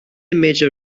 image